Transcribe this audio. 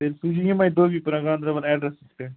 تیٚلہ سوٗزِو یِمٕے دوبی پورا گانٛدَرَبل ایڈَرسَس پٮ۪ٹھ